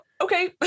okay